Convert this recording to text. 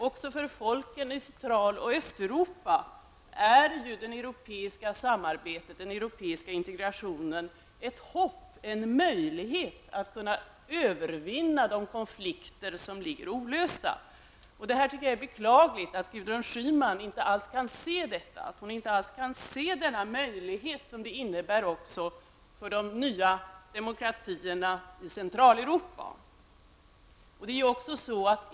Också för folken i Centrala Östeuropa är det europeiska samarbetet, den europeiska integrationen, ett hopp och en möjlighet att kunna övervinna de konflikter som är olösta. Jag tycker att det är beklagligt att Gudrun Schyman inte alls kan se detta och den möjlighet som det innebär för de nya demokratierna i Centraleuropa.